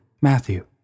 Matthew